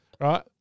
right